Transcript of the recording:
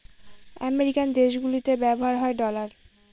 American দেশগুলিতে ব্যবহার হয় ডলার